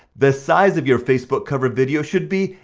the size of your facebook cover video should be,